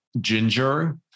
ginger